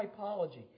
typology